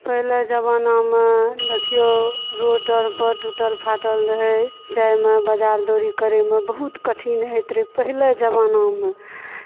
पहिले जमानामे देखियौ रोड आर पर टूटल फाटल रहै जायमे बजार दौरी करयमे बहुत कठिन होइत रहै पहिले जमानामे